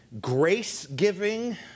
grace-giving